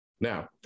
Now